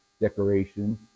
decoration